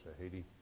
Haiti